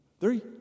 three